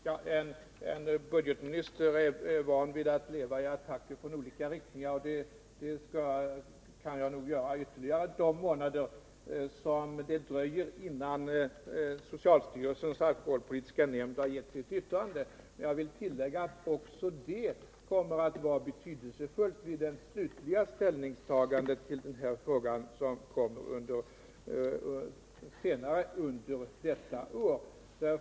Herr talman! En budgetminister är van vid att uppleva attacker från olika håll. Jag kan nog också stå ut de månader som återstår innan socialstyrelsens alkoholpolitiska nämnd avger sitt yttrande. Jag vill emellertid tillägga att även detta kommer att vara betydelsefullt för det slutliga ställningstagandet i frågan som sker senare i år.